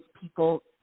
people